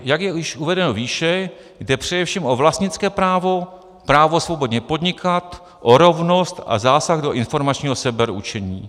Jak je již uvedeno výše, jde především o vlastnické právo, právo svobodně podnikat, o rovnost a zásah do informačního sebeurčení.